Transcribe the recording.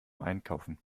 einkaufen